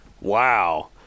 Wow